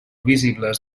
visibles